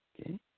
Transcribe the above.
Okay